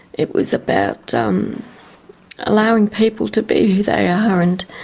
it was about um allowing people to be who they are. and